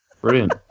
Brilliant